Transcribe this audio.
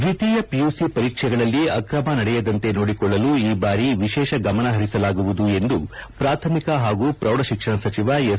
ದ್ವಿತೀಯ ಪಿಯುಸಿ ಪರೀಕ್ಷೆಗಳಲ್ಲಿ ಅಕ್ರಮ ನಡೆಯದಂತೆ ನೋಡಿಕೊಳ್ಳಲು ಈ ಬಾಲಿ ವಿಶೇಷ ಗಮನ ಹಲಿಸಲಾಗುವುದು ಎಂದು ಪ್ರಾಥಮಿಕ ಹಾಗೂ ಪ್ರೌಢಶಿಕ್ಷಣ ಸಚಿವ ಎಸ್